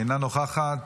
אינה נוכחת,